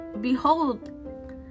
behold